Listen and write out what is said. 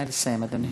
נא לסיים, אדוני.